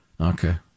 Okay